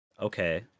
okay